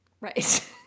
Right